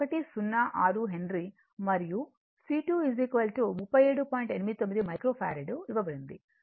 89 microfarad ఇవ్వబడింది